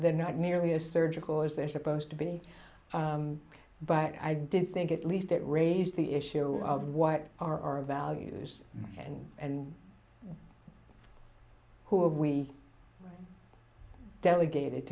they're not nearly as surgical as they're supposed to be but i did think it least it raised the issue of what are our values and and who are we delegated